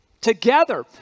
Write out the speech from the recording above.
together